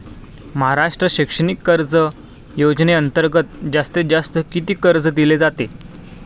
महाराष्ट्र शैक्षणिक कर्ज योजनेअंतर्गत जास्तीत जास्त किती कर्ज दिले जाते?